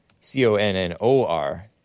C-O-N-N-O-R